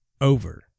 over